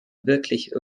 wirklich